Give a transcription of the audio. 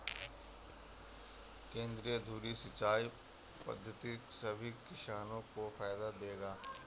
केंद्रीय धुरी सिंचाई पद्धति सभी किसानों को फायदा देगा